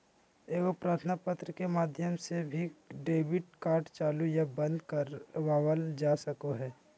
एगो प्रार्थना पत्र के माध्यम से भी डेबिट कार्ड चालू या बंद करवावल जा सको हय